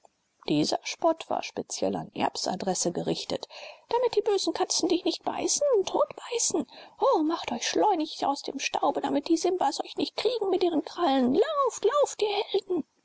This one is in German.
dieser spott war speziell an erbs adresse gerichtet damit die bösen katzen dich nicht beißen totbeißen o macht euch schleunig aus dem staube damit die simbas euch nicht kriegen mit ihren krallen lauft lauft ihr helden